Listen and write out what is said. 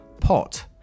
pot